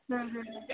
ਹਮ ਹਮ ਹਮ